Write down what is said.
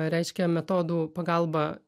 reiškia metodų pagalba